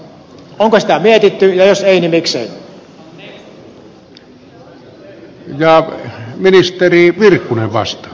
onko sitä mietitty ja jos ei niin miksei